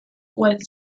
while